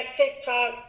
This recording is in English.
tiktok